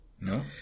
No